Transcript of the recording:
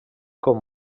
com